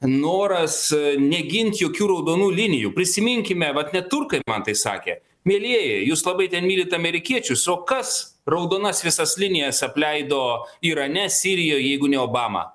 noras negint jokių raudonų linijų prisiminkime vat net turkai man tai sakė mielieji jūs labai mylit amerikiečius o kas raudonas visas linijas apleido irane sirijoj jeigu ne obama